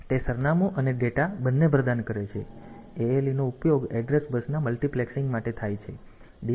તેથી તે સરનામું અને ડેટા બંને પ્રદાન કરે છે અને ALE નો ઉપયોગ એડ્રેસ બસના મલ્ટિપ્લેક્સીંગ માટે થાય છે